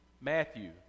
Matthew